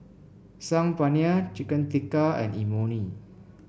Saag Paneer Chicken Tikka and Imoni